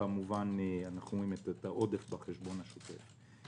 ורואים את העודף בחשבון השוטף.